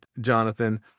Jonathan